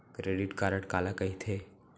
Credit card काला कहिथे?